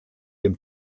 dem